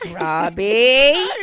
Robbie